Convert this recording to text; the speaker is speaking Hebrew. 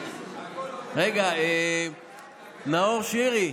נאור שירי,